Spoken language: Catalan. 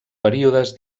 períodes